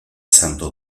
santo